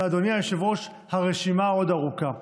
אדוני היושב-ראש, הרשימה עוד ארוכה.